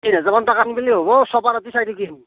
তিনিহেজাৰ মান টকা নিলে হ'ব চবাই ৰাতি চাই থাকিম